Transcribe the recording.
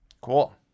Cool